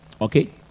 Okay